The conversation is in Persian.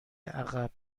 عقب